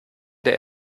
der